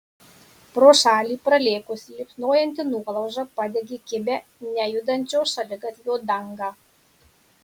pro šalį pralėkusi liepsnojanti nuolauža padegė kibią nejudančio šaligatvio dangą